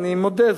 אני מודה,